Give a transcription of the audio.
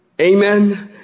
Amen